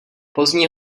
pozdní